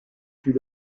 fut